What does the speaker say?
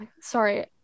sorry